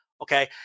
okay